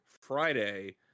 Friday